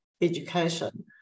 education